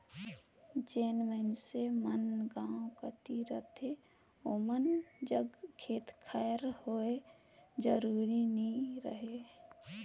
जेन मइनसे मन गाँव कती रहथें ओमन जग खेत खाएर होए जरूरी नी रहें